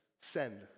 Send